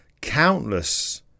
countless